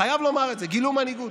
חייב לומר את זה, גילו מנהיגות.